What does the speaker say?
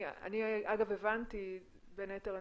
אני אגב הבנתי בין היתר,